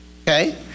Okay